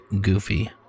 goofy